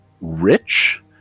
rich